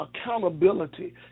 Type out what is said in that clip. accountability